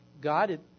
God